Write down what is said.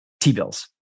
T-bills